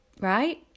right